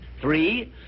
Three